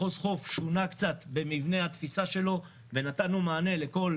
מחוז חוף שונה קצת במבנה התפיסה שלו ונתנו מענה לכל